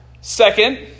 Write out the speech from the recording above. Second